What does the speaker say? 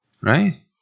right